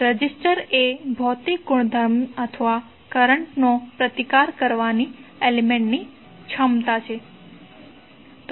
resistor એ ભૌતિક ગુણધર્મ અથવા કરંટ નો પ્રતિકાર કરવાની એલિમેન્ટ્ ની ક્ષમતા છે